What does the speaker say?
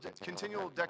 continual